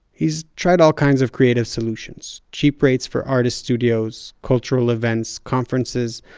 he's tried all kinds of creative solutions cheap rates for artist studios, cultural events, conferences.